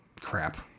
Crap